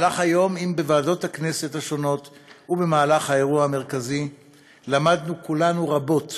במהלך היום בוועדות הכנסת השונות ובמהלך האירוע המרכזי למדנו כולנו רבות